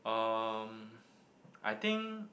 um I think